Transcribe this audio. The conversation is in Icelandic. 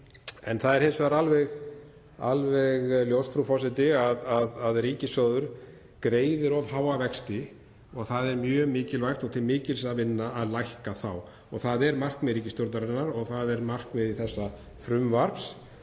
Það er hins vegar alveg ljóst, frú forseti, að ríkissjóður greiðir of háa vexti og það er mjög mikilvægt og til mikils að vinna að lækka þá. Það er markmið ríkisstjórnarinnar og það er markmið þessa frumvarps